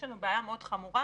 יש לנו בעיה מאוד חמורה,